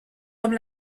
comme